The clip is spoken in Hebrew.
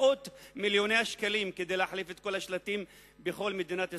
את מאות מיליוני השקלים כדי להחליף את כל השלטים בכל מדינת ישראל,